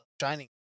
Shining